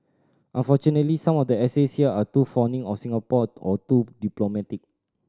unfortunately some of the essays here are too fawning of Singapore or too diplomatic